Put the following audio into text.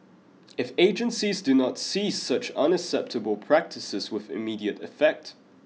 if agencies do not cease such unacceptable practices with immediate effect